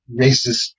racist